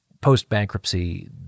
Post-bankruptcy